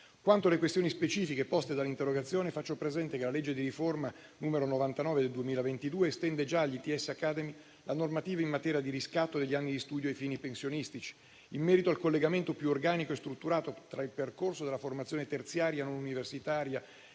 Quanto alle questioni specifiche poste dall'interrogazione, faccio presente che la legge di riforma n. 99 del 2022 estende già agli ITS academy la normativa in materia di riscatto degli anni di studio ai fini pensionistici. In merito al collegamento più organico e strutturato tra il percorso della formazione terziaria non universitaria